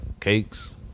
Cakes